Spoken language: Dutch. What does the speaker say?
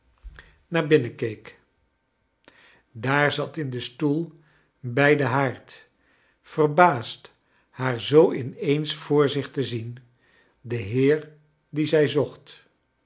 naar binnen keek daar zat in den stoel bij den haard verbaasd haar zoo in eens voor zich te zien de heer dien zij zooht